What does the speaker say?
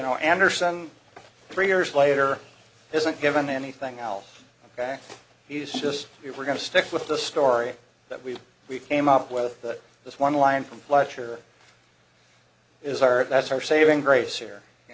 know anderson three years later isn't given anything else ok he's just we were going to stick with the story that we we came up with that this one line from fleischer is our that's our saving grace here you